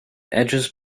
edges